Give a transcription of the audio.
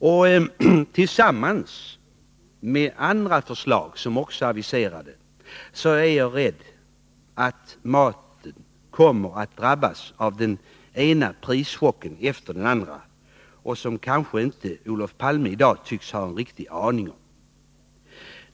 Jag är rädd för att maten, med tanke på andra förslag som också är aviserade, kommer att drabbas av den ena prischocken efter den andra, något som Olof Palme i dag inte tycks vara medveten om.